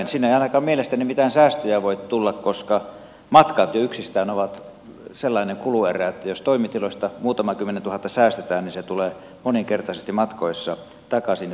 siinä ei ainakaan mielestäni mitään säästöjä voi tulla koska matkat jo yksistään ovat sellainen kuluerä että jos toimitiloista muutama kymmenen tuhatta säästetään niin se tulee moninkertaisesti matkoissa takaisin